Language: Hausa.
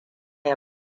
ya